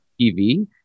TV